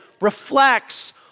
reflects